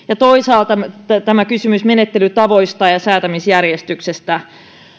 ja toisaalta tämä kysymys menettelytavoista ja ja säätämisjärjestyksestä